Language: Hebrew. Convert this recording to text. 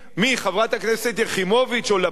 מי, חברת הכנסת יחימוביץ, או לפיד,